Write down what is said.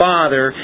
Father